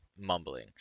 mumbling